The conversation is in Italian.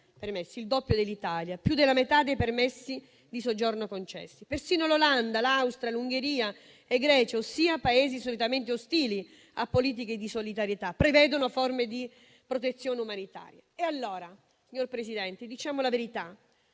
il doppio dell'Italia, più della metà dei permessi di soggiorno concessi. Persino l'Olanda, l'Austria, l'Ungheria e la Grecia, ossia Paesi solitamente ostili a politiche di solidarietà, prevedono forme di protezione umanitaria. Allora, signor Presidente, diciamo la verità: